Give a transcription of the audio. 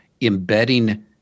embedding